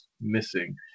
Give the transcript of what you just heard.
missing